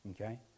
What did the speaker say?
Okay